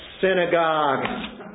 synagogue